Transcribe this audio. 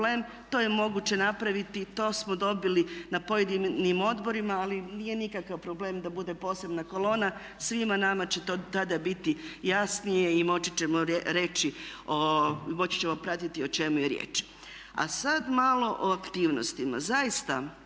to je moguće napraviti, to smo dobili na pojedinim odborima ali nije nikakav problem da bude posebna kolona, svima nama će to tada biti jasnije i moći ćemo reći, moći ćemo pratiti o čemu je riječ. A sada malo o aktivnostima.